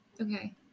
Okay